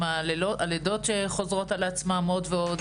עם הלידות שחוזרות על עצמן עוד ועוד.